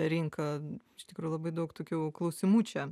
rinką iš tikrųjų labai daug tokių klausimų čia